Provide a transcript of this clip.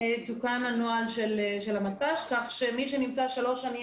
תוקן הנוהל של המתפ"ש כך שמי שנמצא שלוש שנים